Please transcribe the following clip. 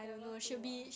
level two ah